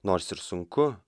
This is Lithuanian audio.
nors ir sunku